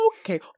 okay